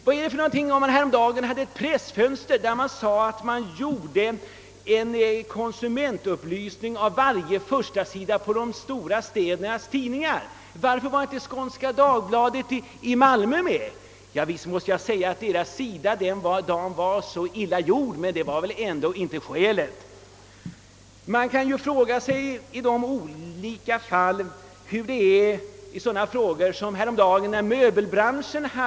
Hur skall vi karakterisera vad som häromdagen förekom i Pressfönstret, där man menade sig göra konsument upplysning i fråga om förstasidorna i de största städernas tidningar? Varför hade inte Skånska Dagbladet, som utges i Malmö, tagits med? Visst var tidningens förstasida den dagen illa gjord, men det var väl ändå inte skälet. Man kan fråga sig vilka principer som följdes beträffande ett sammanträde häromdagen inom <möbelbranschen.